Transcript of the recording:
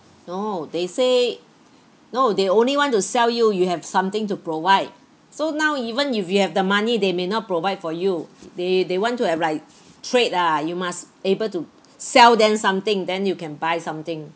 no they say no they only want to sell you you have something to provide so now even if you have the money they may not provide for you they they want to have like trade ah you must able to sell them something then you can buy something